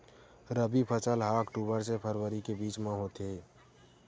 रबी फसल हा अक्टूबर से फ़रवरी के बिच में होथे